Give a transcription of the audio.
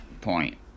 point